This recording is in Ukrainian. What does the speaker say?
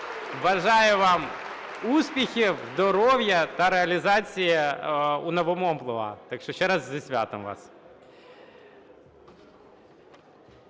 бажаю вам успіхів, здоров'я та реалізації у новому амплуа. Так що ще раз зі святом вас.